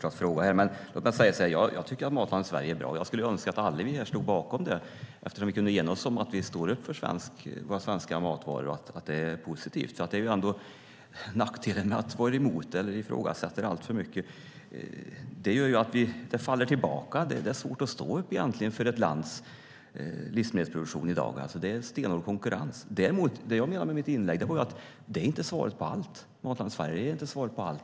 Herr talman! Tack också för de frågorna! Jag tycker att Matlandet Sverige är bra och skulle önska att alla står bakom det, så att vi kan stå upp för våra svenska matvaror, att det är positivt. Nackdelen med att vara emot eller ifrågasätta Matlandet Sverige alltför mycket är ju att det faller tillbaka. Det är i dag svårt att stå upp för ett lands livsmedelsproduktion. Det är stenhård konkurrens. Vad jag menade med mitt inlägg var att Matlandet Sverige inte är svaret på allt.